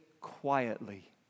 quietly